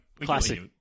Classic